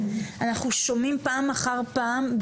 אנחנו שומעים פעם אחר פעם,